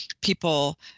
people